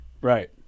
Right